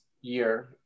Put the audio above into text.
year